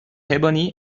ebony